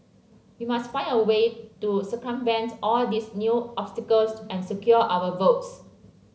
we must find a way to circumvent all these new obstacles and secure our votes